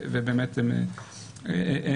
ובאמת הם חוזרים,